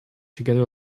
together